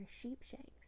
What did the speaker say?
Sheepshanks